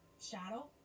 shadow